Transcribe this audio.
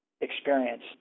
experience